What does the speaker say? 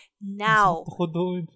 Now